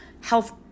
health